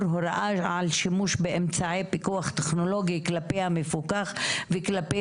הוראה על שימוש באמצעי פיקוח טכנולוגי כלפי המפוקח וכלפי